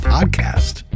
Podcast